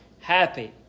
happy